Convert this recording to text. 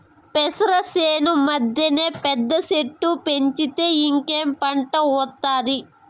పెసర చేను మద్దెన పెద్ద చెట్టు పెంచితే ఇంకేం పంట ఒస్తాది